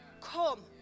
come